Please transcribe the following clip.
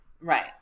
Right